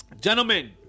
Gentlemen